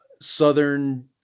Southern